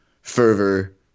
fervor